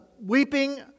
weeping